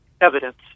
evidence